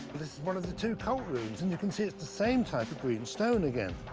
this is one of the two cult rooms, and you can see it's the same type of green stone again.